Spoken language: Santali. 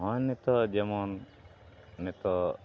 ᱱᱚᱜᱚᱭ ᱱᱤᱛᱚᱜ ᱡᱮᱢᱚᱱ ᱱᱤᱛᱚᱜ